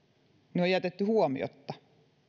ne on jätetty huomiotta